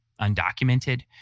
undocumented